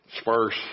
sparse